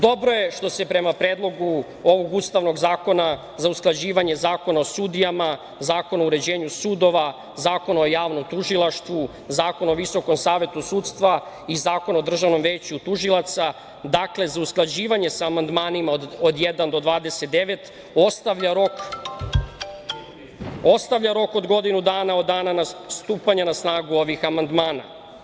Dobro je što se prema Predlogu ovog Ustavnog zakona za usklađivanje Zakona o sudijama, Zakona o uređenju sudova, Zakona o javnom tužilaštvu, Zakona o Visokom savetu sudstva i Zakona o Državnom veću tužilaca, dakle, za usklađivanje sa amandmanima od 1. do 29. ostavlja rok od godinu dana od dana stupanja na snagu ovih amandmana.